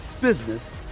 business